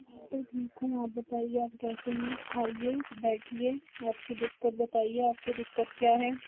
मैं ठीक हूँ आप बताइए आप कैसे हैं आइए बैठिए आपकी दिक्कत बताइए आपको दिक्कत क्या है